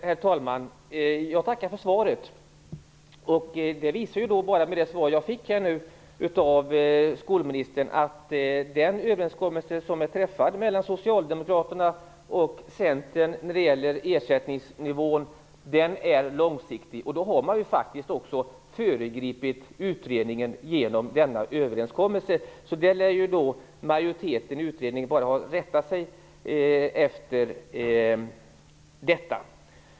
Herr talman! Jag tackar för svaret. Det svar jag nu fick av skolministern visar att den överenskommelse som är träffad mellan Socialdemokraterna och Centern när det gäller ersättningsnivån är långsiktig. Då har man ju faktiskt föregripit utredningen genom denna överenskommelse. Det lär majoriteten i utredningen bara ha att rätta sig efter.